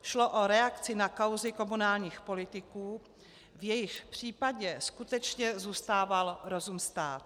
Šlo o reakci na kauzy komunálních politiků, v jejichž případě skutečně zůstával rozum stát.